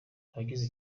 abagize